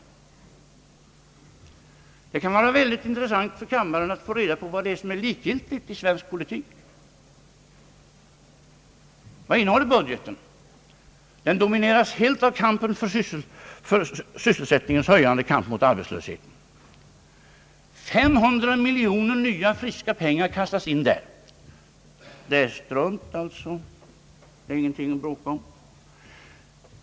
Jag tror att det kan vara väldigt intressant för kammaren att få höra vad som alltså skulle vara likgiltigt i svensk politik. Vad innehåller budgeten? Den domineras helt av kampen för sysselsättningens höjande, kampen mot arbetslösheten. 500 miljoner nya friska pengar kastas in där. Det är alltså strunt, ingenting att göra väsen av.